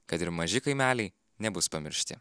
kad ir maži kaimeliai nebus pamiršti